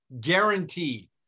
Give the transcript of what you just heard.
guaranteed